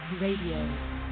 Radio